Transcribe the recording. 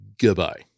Goodbye